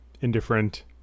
indifferent